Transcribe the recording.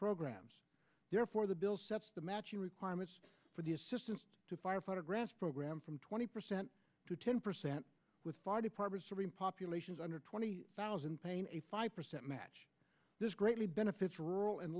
programs therefore the bill sets the matching requirements for the assistance to fire photographs program from twenty percent to ten percent with fire departments or in populations under twenty thousand paying a five percent match this greatly benefits rural and